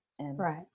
Right